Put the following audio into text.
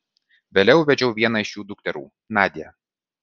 vėliau vedžiau vieną iš jų dukterų nadią